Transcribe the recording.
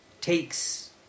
takes